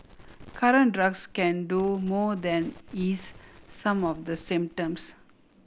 current drugs can do no more than ease some of the symptoms